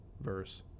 verse